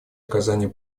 оказания